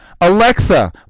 Alexa